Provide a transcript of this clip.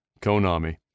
Konami